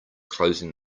closing